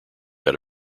had